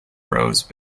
rose